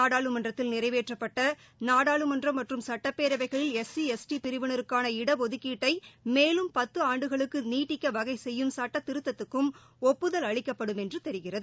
நாடாளுமன்றத்தில் நிறைவேற்றப்பட்ட நாடாளுமன்றம் மற்றும் சுட்டப்பேரவைகளில் எஸ் சி எஸ்டி பிரிவினருக்கான இடஒதுக்கீடுடை மேலும் பத்து ஆண்டுகளுக்கு நீட்டிக்க வகை சட்டத்திருத்தத்துக்கும் ஒப்புதல் அளிக்கப்படும் என்று தெரிகிறது